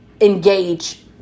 engage